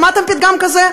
שמעתם פתגם כזה?